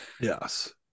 yes